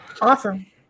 Awesome